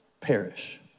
perish